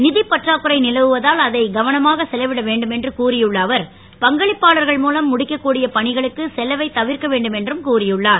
நிதப் பற்றாக்குறை நிலவுவதால் அதை கவனமாக செலவிட வேண்டும் என்று கூறியுள்ள அவர் பங்களிப்பாளர்கள் மூலம் முடிக்கக்கூடிய பணிகளுக்கு செலவைத் தவிர்க்க வேண்டும் என்று கூறியுள்ளார்